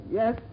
yes